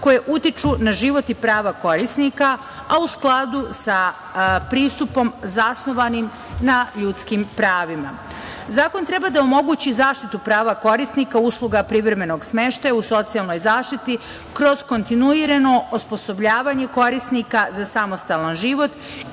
koje utiču na život i prava korisnika, a u skladu sa pristupom zasnovanim na ljudskim pravima. Zakon treba da omogući zaštitu prava korisnika usluga privremenog smeštaja u socijalnoj zaštiti kroz kontinuirano osposobljavanje korisnika za samostalan život